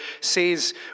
says